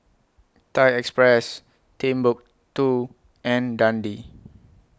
Thai Express Timbuk two and Dundee